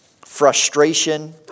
frustration